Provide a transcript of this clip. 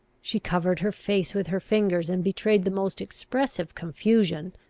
she covered her face with her fingers, and betrayed the most expressive confusion,